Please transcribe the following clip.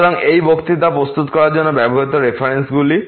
সুতরাং এই বক্তৃতা প্রস্তুত করার জন্য ব্যবহৃত রেফারেন্সগুলি